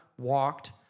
walked